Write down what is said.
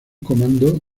comando